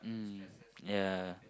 mm yeah